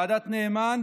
ועדת נאמן,